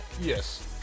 Yes